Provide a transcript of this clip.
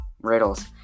riddles